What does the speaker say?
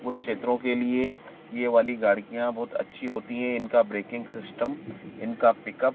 उस क्षेत्रों के लिए ये वाली गाड़ियाँ बहुत अच्छी होती हे इनका ब्रेकिंग सिस्टम इनका पिकअप